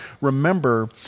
remember